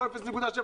לא 0.7,